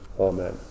Amen